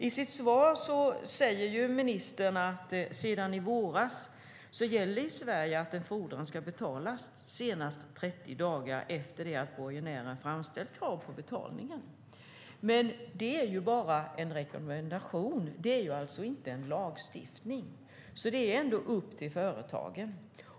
I sitt svar säger ministern: "Sedan i våras gäller i Sverige att en fordran ska betalas senast trettio dagar efter det att borgenären framställt krav på betalning". Men det är ju bara en rekommendation, inte lagstiftning, och det är därför upp till företagen.